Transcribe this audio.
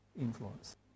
influence